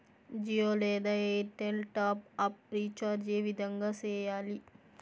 జియో లేదా Airtel top up recharge ఏ విధంగా సేయాలి